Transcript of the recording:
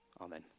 Amen